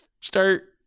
start